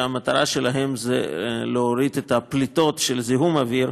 שהמטרה שלהן היא להוריד את הפליטות של זיהום האוויר.